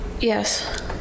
Yes